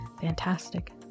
fantastic